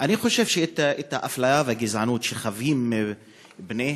אני חושב שהאפליה והגזענות שחווים בני